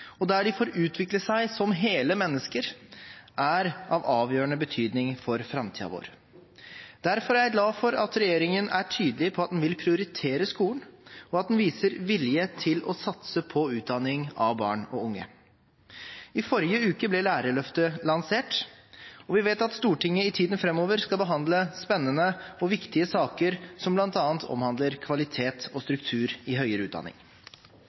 og der de får utvikle seg som hele mennesker, er av avgjørende betydning for framtiden vår. Derfor er jeg glad for at regjeringen er tydelig på at den vil prioritere skolen, og at den viser vilje til å satse på utdanning av barn og unge. I forrige uke ble Lærerløftet lansert, og vi vet at Stortinget i tiden framover skal behandle spennende og viktige saker som bl.a. omhandler kvalitet og struktur i høyere utdanning.